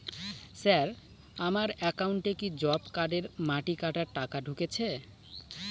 Sir আমার একাউন্টে কি জব কার্ডের মাটি কাটার টাকা ঢুকেছে?